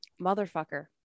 Motherfucker